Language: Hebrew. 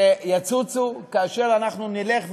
שיצוצו כאשר אנחנו נלך ונממש,